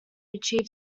achieve